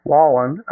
Wallen